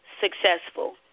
successful